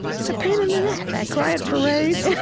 it's a pain in the neck. i cry at parades. yeah